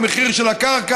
הורדת המחיר של הקרקע,